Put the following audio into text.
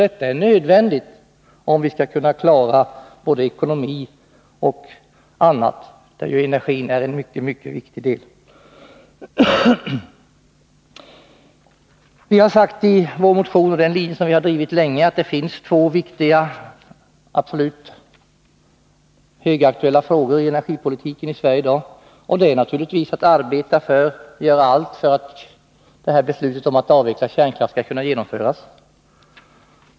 Detta är nödvändigt om vi skall kunna klara både ekonomi och annat där energin är en mycket viktig del. Vi har sagt i vår motion, och det är en linje som vi har drivit länge, att det finns två viktiga, absolut högaktuella frågor i energipolitiken i Sverige i dag. Den ena är naturligtvis att göra allt för att beslutet om att avveckla kärnkraften skall kunna genomföras.